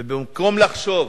ובמקום לחשוב